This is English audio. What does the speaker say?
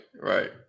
right